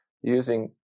using